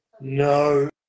No